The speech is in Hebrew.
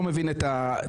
אני לא מבין את הדחיפות,